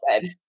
good